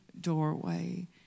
doorway